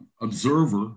observer